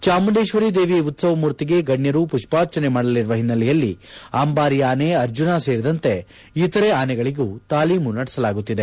ಚಾಮುಂಡೇಶ್ವರಿ ದೇವಿ ಉತ್ತವ ಮೂರ್ತಿಗೆ ಗಣ್ಯರು ಪುಷ್ಪಾರ್ಚನೆ ಮಾಡಲಿರುವ ಹಿನ್ನೆಲೆಯಲ್ಲಿ ಅಂಬಾರಿ ಆನೆ ಅರ್ಜುನ ಸೇರಿದಂತೆ ಇತರೆ ಆನೆಗಳಗೂ ತಾಲೀಮು ನಡೆಸಲಾಗುತ್ತಿದೆ